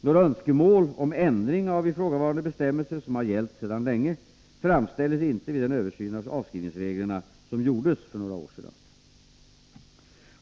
Några önskemål om ändring av ifrågavarande bestämmelser, som gällt sedan länge, framställdes inte vid den översyn av avskrivningsreglerna som gjordes för några år sedan.